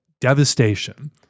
devastation